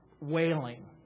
wailing